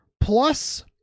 plus